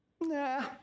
Nah